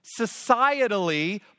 societally